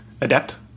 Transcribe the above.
adept